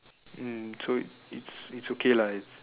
so it's it's okay lah